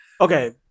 Okay